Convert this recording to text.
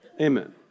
amen